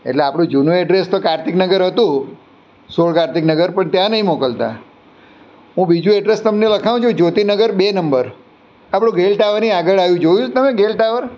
એટલે આપણું જૂનું એડ્રેસ તો કાર્તિકનગર હતું સોળ કાર્તિકનગર પણ ત્યાં નહીં મોકલતા હું બીજું એડ્રેસ તમને લખાવું છું જ્યોતિનગર બે નંબર આપણું ગેલટાવરની આગળ આવ્યું જોયું છે તમે ગેલટાવર